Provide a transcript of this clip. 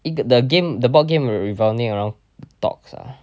i~ the game the board game revolving around dogs ah